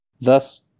thus